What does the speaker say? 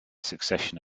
succession